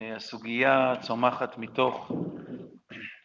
הסוגייה צומחת מתוך.